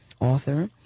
author